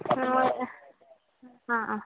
അ ആ ആ